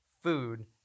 food